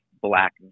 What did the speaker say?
black